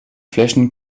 flächen